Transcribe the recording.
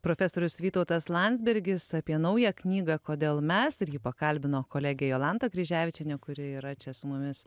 profesorius vytautas landsbergis apie naują knygą kodėl mes ir jį pakalbino kolegė jolanta kryževičienė kuri yra čia su mumis